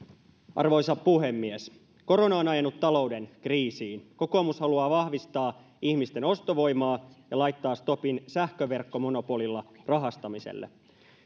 arvoisa puhemies korona on ajanut talouden kriisiin kokoomus haluaa vahvistaa ihmisten ostovoimaa ja laittaa stopin sähköverkkomonopolilla rahastamiselle